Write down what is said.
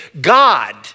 God